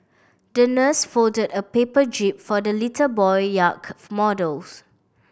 the nurse folded a paper jib for the little boy yacht models